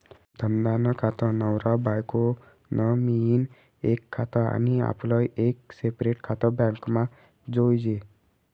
धंदा नं खातं, नवरा बायको नं मियीन एक खातं आनी आपलं एक सेपरेट खातं बॅकमा जोयजे